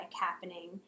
happening